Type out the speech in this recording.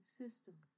system